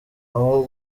aho